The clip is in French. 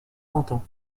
entend